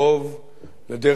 לדרך של נס,